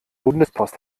bundespost